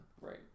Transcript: Right